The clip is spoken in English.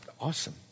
awesome